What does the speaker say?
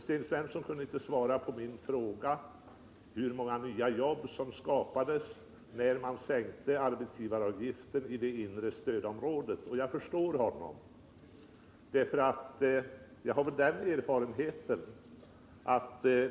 Sten Svensson kunde inte svara på min fråga hur många nya jobb som skapades när man sänkte arbetsgivaravgiften i det inre stödområdet. Och jag förstår honom.